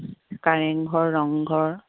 Kareng Ghar Rang Ghar